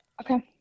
Okay